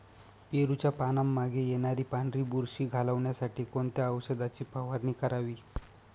पेरूच्या पानांमागे येणारी पांढरी बुरशी घालवण्यासाठी कोणत्या औषधाची फवारणी करावी?